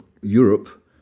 Europe